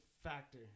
factor